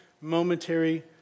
momentary